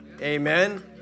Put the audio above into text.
Amen